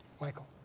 Michael